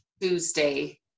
Tuesday